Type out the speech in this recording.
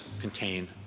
contain